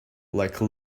like